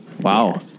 wow